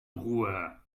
ruhe